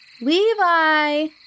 Levi